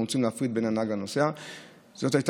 בגלל שאנחנו רוצים להפריד בין הנהג לנוסע.